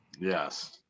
Yes